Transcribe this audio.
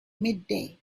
midday